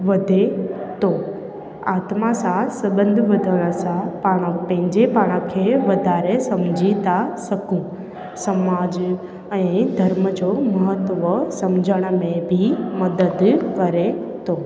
वधे थो आत्मा सां संबंध वधण सां पाण पंहिंजे पाण खे वाधारे सम्झी था सघूं समाज ऐं धर्म जो महत्व सम्झण में बि मदद करे थो